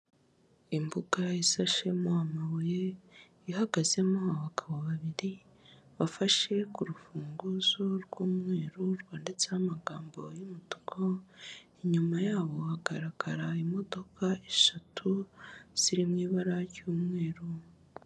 Imbuga ya isashemo amabuye, ihagazemo abagabo babiri, bafashe ku rufunguzo rw'umweru rwanditseho amagambo y'umutuku, inyuma yabo hagaragara imodoka eshatu ziri mu ibara ry'umweru.